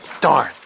Darn